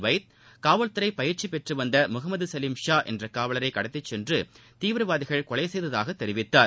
வைத் காவல்துறை பயிற்சி பெற்று வந்த முகமது சலீம் ஷா என்ற காவலரை கடத்திச் சென்று தீவிரவாதிகள் கொலை செய்ததாகத் தெரிவித்தார்